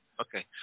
Okay